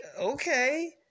okay